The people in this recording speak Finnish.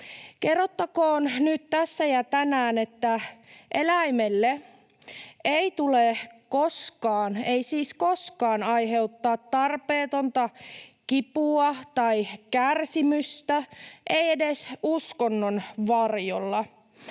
Kerrottakoon nyt tässä ja tänään, että eläimelle ei tule koskaan — ei siis koskaan — aiheuttaa tarpeetonta kipua tai kärsimystä, ei edes uskonnon varjolla.